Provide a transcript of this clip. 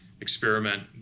Experiment